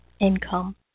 income